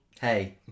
Hey